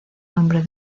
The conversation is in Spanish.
nombre